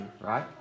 right